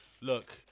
Look